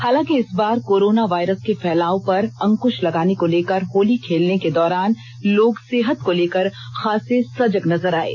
हालांकि इस बार कोरोना वायरस के फैलाव पर अंक्श लगाने को लेकर होली खेलने के दौरान लोग सेहत को लेकर खासे सजग नजर आये